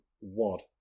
wad